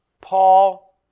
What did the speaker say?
Paul